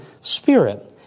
Spirit